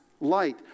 light